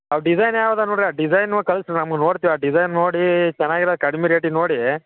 ಅವ ಡಿಸೈನ್ ಯಾವ್ದು ನೋಡ್ರಿ ಆ ಡಿಸೈನು ಕಳ್ಸಿ ನಾವು ನೋಡ್ತಿವಿ ಆ ಡಿಸೈನ್ ನೋಡಿ ಚೆನ್ನಾಗಿರೋ ಕಡ್ಮಿ ರೇಟಿದ ನೋಡಿ